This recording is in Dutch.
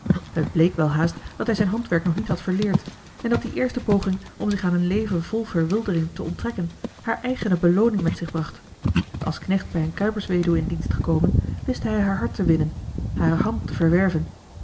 het bleek welhaast dat hij zijn handwerk nog niet had verleerd en dat die eerste poging om zich aan een leven vol verwildering te onttrekken hare eigene belooning met zich bracht als knecht bij eene kuipersweduwe in dienst gekomen wist hij haar hart te winnen hare hand te verwerven